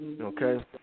okay